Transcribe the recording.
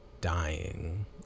dying